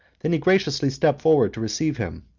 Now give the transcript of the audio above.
than he graciously stepped forwards to receive him,